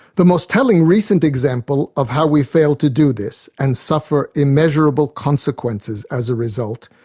the most telling recent example of how we failed to do this, and suffer immeasurable consequences as a result,